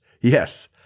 Yes